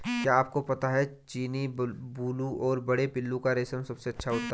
क्या आपको पता है चीनी, बूलू और बड़े पिल्लू का रेशम सबसे अच्छा होता है?